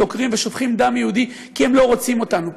דוקרים ושופכים דם יהודי כי הם לא רוצים אותנו פה.